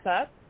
up